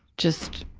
just.